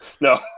no